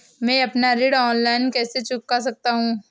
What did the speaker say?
मैं अपना ऋण ऑनलाइन कैसे चुका सकता हूँ?